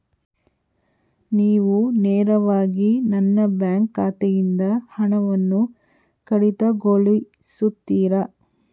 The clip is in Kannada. ನೀವು ನೇರವಾಗಿ ನನ್ನ ಬ್ಯಾಂಕ್ ಖಾತೆಯಿಂದ ಹಣವನ್ನು ಕಡಿತಗೊಳಿಸುತ್ತೀರಾ?